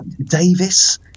Davis